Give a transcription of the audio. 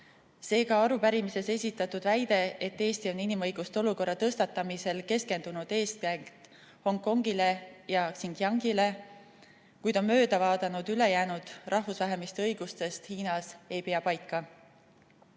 Seega arupärimises esitatud väide, et Eesti on inimõiguste olukorra tõstatamisel keskendunud eeskätt Hongkongile ja Xinjiangile, kuid mööda vaadanud ülejäänud rahvusvähemuste õigustest Hiinas, ei pea